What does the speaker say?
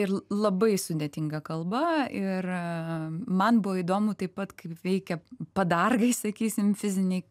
ir labai sudėtinga kalba ir man buvo įdomu taip pat kaip veikia padargai sakysime fiziniai